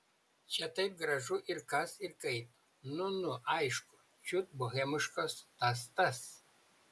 čia taip gražu ir kas ir kaip nu nu aišku čiut bohemiškos tas tas